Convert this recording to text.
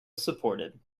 supported